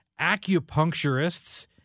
acupuncturists